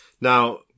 Now